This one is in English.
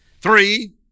Three